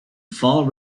fall